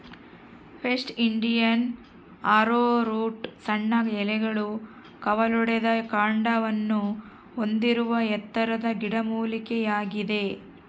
West Indian arrowroot ಸಣ್ಣ ಎಲೆಗಳು ಕವಲೊಡೆದ ಕಾಂಡವನ್ನು ಹೊಂದಿರುವ ಎತ್ತರದ ಗಿಡಮೂಲಿಕೆಯಾಗಿದೆ